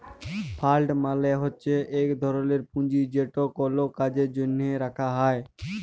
fund মালে হছে ইক ধরলের পুঁজি যেট কল কাজের জ্যনহে রাখা হ্যয়